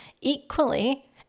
Equally